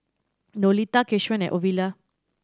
Lolita Keshaun and Ovila